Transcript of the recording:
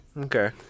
okay